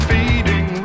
Feeding